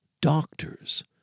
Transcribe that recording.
doctors